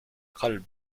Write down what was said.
قلب